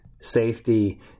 safety